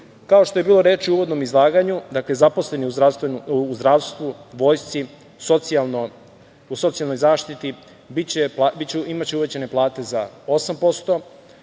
što je bilo reči u uvodnom izlaganju, zaposleni u zdravstvu, vojsci, socijalnoj zaštiti, imaće uvećane plate za 8%,